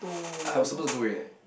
I was supposed to go ya